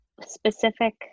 specific